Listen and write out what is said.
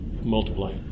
multiply